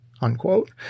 unquote